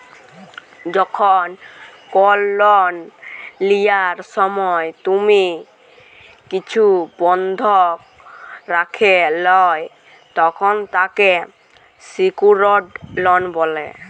যখল কল লন লিয়ার সময় তুমি কিছু বনধক রাখে ল্যয় তখল তাকে স্যিক্যুরড লন বলে